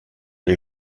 les